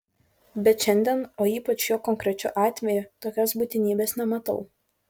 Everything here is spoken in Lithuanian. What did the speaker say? bet šiandien o ypač šiuo konkrečiu atveju tokios būtinybės nematau